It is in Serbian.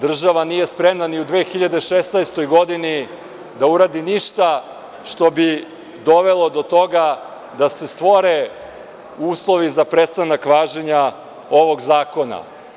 Država nije spremna ni u 2016. godini da uradi ništa što bi dovelo do toga da se stvore uslovi za prestanak važenja ovog zakona.